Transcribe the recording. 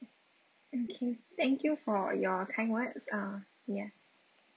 okay thank you for your kind word uh ya